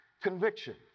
Conviction